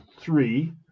three